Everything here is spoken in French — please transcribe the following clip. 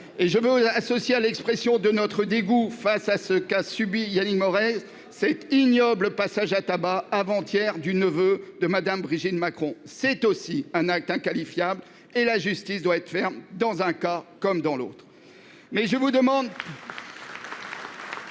et je veux associer à l'expression de notre dégoût face à ce qu'a subi Yannick Morez cet ignoble, passage à tabac avant-hier du neveu de Madame, Brigitte Macron. C'est aussi un acte inqualifiable et la justice doit être ferme dans un cas comme dans l'autre.